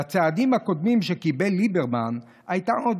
בצעדים הקודמים שקיבל ליברמן הייתה עוד